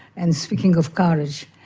and speaking of courage,